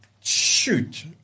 Shoot